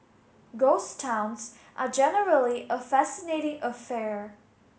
ghost towns are generally a fascinating affair